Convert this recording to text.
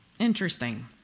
Interesting